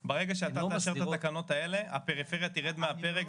הן לא מסדירות --- ברגע שאתה תעשה את התקנות האלה הפריפריה תרד מהפרק,